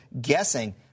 guessing